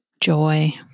joy